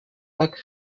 так